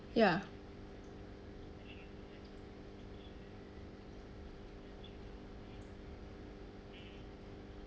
ya